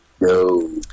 No